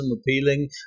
appealing